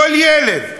כל ילד,